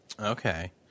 Okay